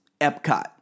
Epcot